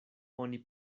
oni